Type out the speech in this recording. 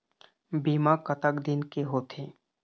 बीमा कतक दिन के होते?